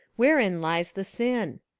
wherein lies the sin?